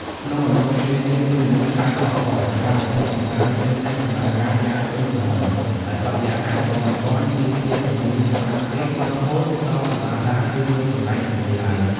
ក្នុងអំឡុងពេលនេះ មានមនុស្សច្រើនកុះករ សកម្មភាពកម្សាន្តផ្សេងៗដំណើរការយ៉ាងពេញទំហឹង ហើយបរិយាកាសក៏មិនទាន់មានភាពមមាញឹកខ្លាំងពេក រហូតដល់ពិបាកដើរ ឬរកកន្លែងអង្គុយឡើយ។